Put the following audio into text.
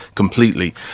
completely